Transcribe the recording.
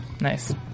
nice